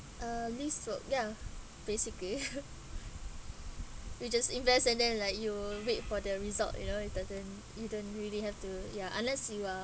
uh least work ya basically you just invest and then like you'll wait for the result you know it doesn't you don't really have to ya unless you are